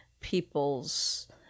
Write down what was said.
people's